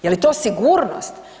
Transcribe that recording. Je li to sigurnost?